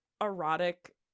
erotic